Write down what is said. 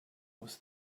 was